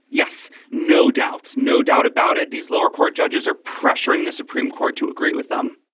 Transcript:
yes no doubt no doubt about it. these lower court judges are pressuring the supreme court to agree with them